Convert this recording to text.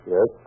Yes